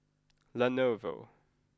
Lenovo